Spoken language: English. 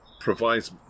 provides